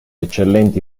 eccellenti